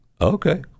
okay